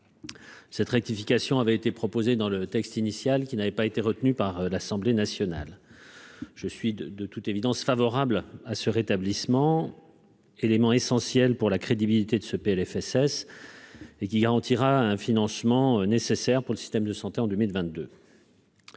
cette rectification avait été proposé dans le texte initial qui n'avait pas été retenue par l'Assemblée nationale, je suis de de toute évidence, favorables à ce rétablissement, élément essentiel pour la crédibilité de ce Plfss et qui garantira un financement nécessaires pour le système de santé en 2022